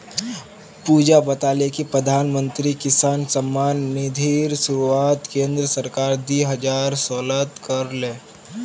पुजा बताले कि प्रधानमंत्री किसान सम्मान निधिर शुरुआत केंद्र सरकार दी हजार सोलत कर ले